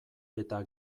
eta